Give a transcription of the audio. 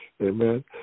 Amen